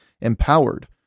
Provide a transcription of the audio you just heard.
empowered